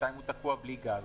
בינתיים הוא תקוע בלי אספקת הגז.